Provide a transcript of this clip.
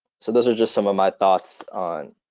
so those are just some of my thoughts on,